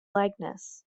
likeness